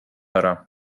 ära